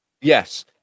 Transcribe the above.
Yes